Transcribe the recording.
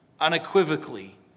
unequivocally